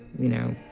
you know,